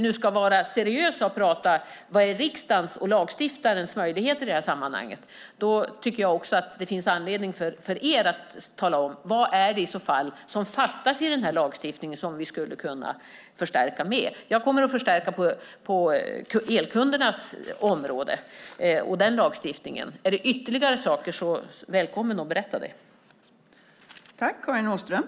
Låt oss vara seriösa och prata om riksdagens, lagstiftarens, möjligheter i sammanhanget. Det finns då anledning för er att tala om vad som i så fall fattas i lagstiftningen som vi kan förstärka mer. Jag kommer att förstärka lagstiftningen på elkundernas område. Ni är välkomna att berätta om det finns ytterligare saker.